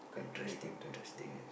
interesting interesting